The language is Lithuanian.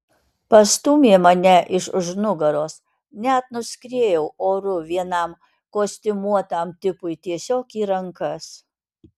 pastūmė mane iš už nugaros net nuskriejau oru vienam kostiumuotam tipui tiesiog į rankas